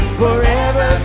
forever